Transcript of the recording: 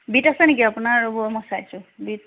beet আছে নেকি আপোনাৰ ৰ'ব মই চাইছোঁ বিট